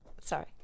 Sorry